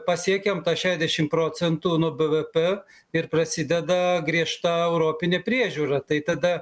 pasiekiam tą šešiasdešim procentų nuo b p ir prasideda griežta europinė priežiūra tai tada